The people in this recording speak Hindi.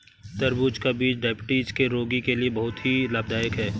तरबूज का बीज डायबिटीज के रोगी के लिए बहुत ही लाभदायक है